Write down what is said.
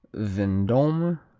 vendome,